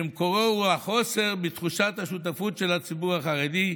שמקורו הוא החוסר בתחושת השותפות של הציבור החרדי,